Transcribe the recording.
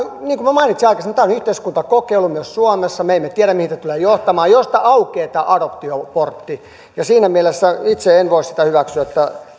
niin kuin minä mainitsin aikaisemmin yhteiskuntakokeilu myös suomessa ja me emme tiedä mihin tämä tulee johtamaan jos aukeaa tämä adoptioportti siinä mielessä itse en voi sitä hyväksyä